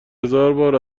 هزاربار